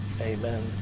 amen